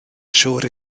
siŵr